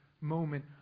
moment